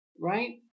right